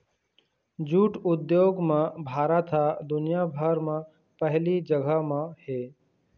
jute उद्योग म भारत ह दुनिया भर म पहिली जघा म हे